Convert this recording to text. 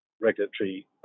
regulatory